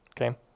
Okay